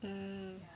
mmhmm